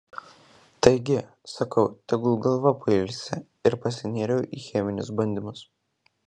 taigi sakau tegul galva pailsi ir pasinėriau į cheminius bandymus